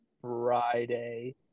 Friday